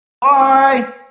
Bye